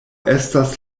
estas